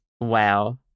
Wow